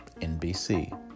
NBC